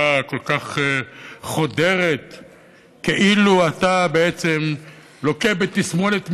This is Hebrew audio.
כל כך חודרת כאילו אתה בעצם לוקה בתסמונת מינכהאוזן,